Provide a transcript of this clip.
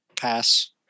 Pass